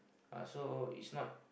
uh so it's not